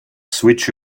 switch